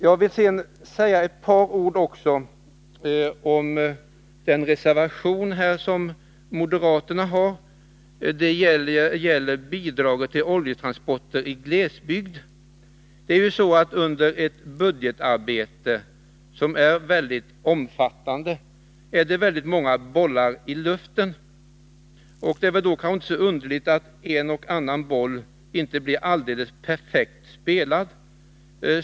Jag vill sedan säga ett par ord om den reservation som moderaterna har fogat till betänkandet. Den gäller bidraget till vissa oljetransporter i glesbygd. Under ett budgetarbete, som är mycket omfattande, är det många bollar i luften. Det är kanske inte så underligt att en och annan boll inte blir alldeles perfekt spelad.